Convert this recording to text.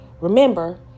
Remember